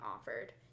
offered